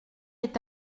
est